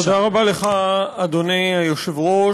תודה רבה לך, אדוני היושב-ראש.